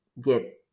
get